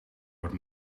wordt